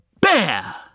bear